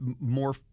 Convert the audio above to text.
more